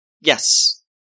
Yes